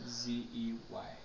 Z-E-Y